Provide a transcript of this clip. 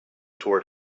toward